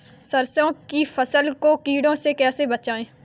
सरसों की फसल को कीड़ों से कैसे बचाएँ?